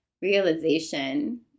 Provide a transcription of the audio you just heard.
realization